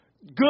Good